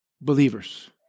believers